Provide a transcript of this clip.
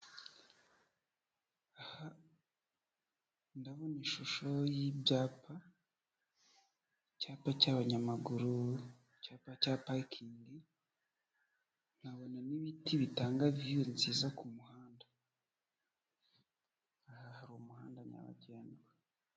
Aha ndabona ishusho y'ibyapa, icyapa cy'abanyamaguru, icyapa cya parikingi, nkabona n'ibiti bitanga viyu nziza ku muhanda, aha hari umuhanda nyabagendwa.